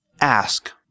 ask